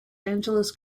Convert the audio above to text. angeles